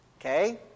Okay